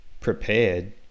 prepared